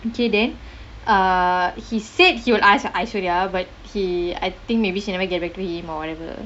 okay then err he said he would ask aishwarya ya but he I think maybe she never get back to him or whatever